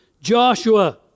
Joshua